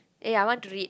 eh I want to read